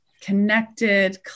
connected